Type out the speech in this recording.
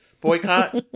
boycott